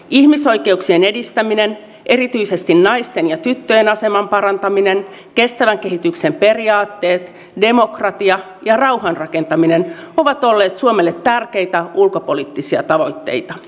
ihmisoikeuksien edistäminen erityisesti naisten ja tyttöjen aseman parantaminen kestävän kehityksen periaatteet demokratia ja rauhan rakentaminen ovat olleet suomelle tärkeitä ulkopoliittisia tavoitteita